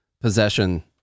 possession